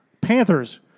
Panthers